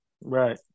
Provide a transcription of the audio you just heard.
Right